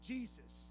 Jesus